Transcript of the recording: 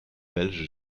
belge